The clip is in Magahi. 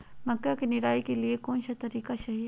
मक्का के निराई के लिए कौन सा तरीका सही है?